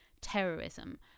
terrorism